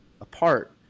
apart